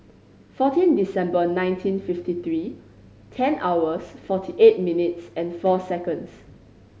fourteen December nineteen fifty three ten hours forty eight minutes and four seconds